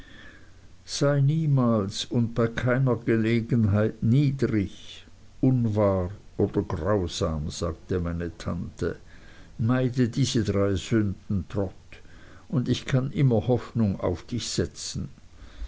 sei niemals und bei keiner gelegenheit niedrig unwahr oder grausam sagte meine tante meide diese drei sünden trot und ich kann immer hoffnung auf dich setzen